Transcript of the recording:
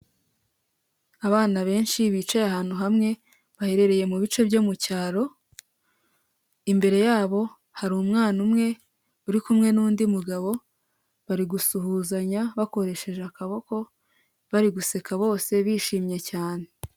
Abana benshi bicaye ahantu hamwe baherereye mubi bice byo mucyaro. Imbere yabo hari umwana umwe uri kumwe n'undi mugabo, bari gusuhuzanya bakoresheje akaboko bari guseka bose bishimye cyane.